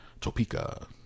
Topeka